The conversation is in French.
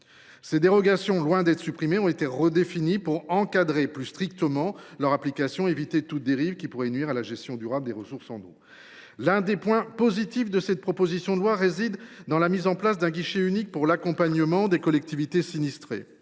Les dérogations, loin d’être supprimées, ont été redéfinies pour encadrer plus strictement leur application et éviter toute dérive qui pourrait nuire à la gestion durable des ressources en eau. L’un des points positifs de cette proposition de loi réside dans la mise en place d’un guichet unique pour l’accompagnement des collectivités sinistrées.